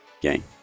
game